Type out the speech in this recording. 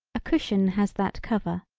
a cushion has that cover.